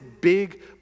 big